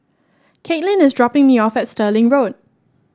Kaitlin is dropping me off at Stirling Road